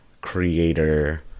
creator